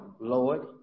Lord